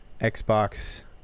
Xbox